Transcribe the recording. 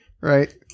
Right